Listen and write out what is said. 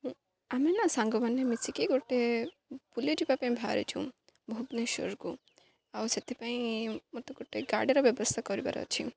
ଆମେ ନା ସାଙ୍ଗମାନେ ମିଶିକି ଗୋଟେ ବୁଲିଯିବା ପାଇଁ ବାହାରିଛୁଁ ଭୁବନେଶ୍ୱରକୁ ଆଉ ସେଥିପାଇଁ ମୋତେ ଗୋଟେ ଗାଡ଼ିର ବ୍ୟବସ୍ଥା କରିବାର ଅଛି